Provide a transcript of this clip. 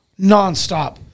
nonstop